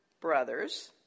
brothers